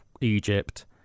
Egypt